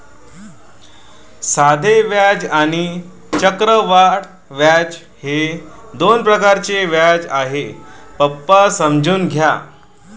साधे व्याज आणि चक्रवाढ व्याज हे दोन प्रकारचे व्याज आहे, पप्पा समजून घ्या